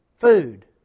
food